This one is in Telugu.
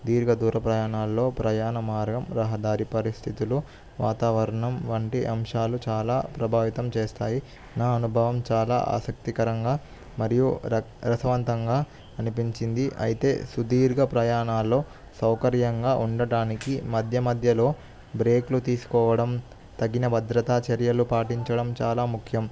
దీర్ఘ దూర ప్రయాణాలలో ప్రయాణ మార్గం రహదారి పరిస్థితులు వాతావరణం వంటి అంశాలు చాలా ప్రభావితం చేస్తాయి నా అనుభవం చాలా ఆసక్తికరంగా మరియు ర రసవంతంగా అనిపించింది అయితే సుదీర్ఘ ప్రయాణాలలో సౌకర్యంగా ఉండటానికి మధ్య మధ్యలో బ్రేకులు తీసుకోవడం తగిన భద్రతా చర్యలు పాటించడం చాలా ముఖ్యం